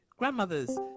grandmothers